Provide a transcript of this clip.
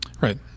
Right